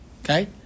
Okay